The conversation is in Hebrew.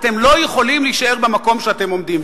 אתם לא יכולים להישאר במקום שאתם עומדים.